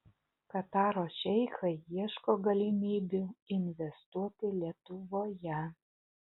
kataro šeichai ieško galimybių investuoti lietuvoje